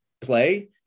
play